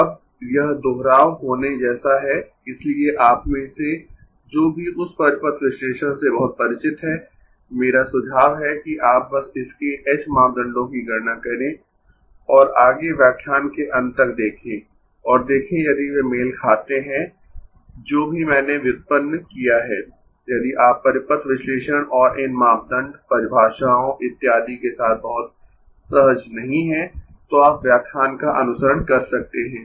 अब यह दोहराव होने जैसा है इसलिए आप में से जो भी उस परिपथ विश्लेषण से बहुत परिचित है मेरा सुझाव है कि आप बस इसके h मापदंडों की गणना करें और आगे व्याख्यान के अंत तक देखें और देखें यदि वे मेल खाते है जो भी मैंने व्युत्पन्न किया है यदि आप परिपथ विश्लेषण और इन मापदंड परिभाषाओं इत्यादि के साथ बहुत सहज नहीं है तो आप व्याख्यान का अनुसरण कर सकते है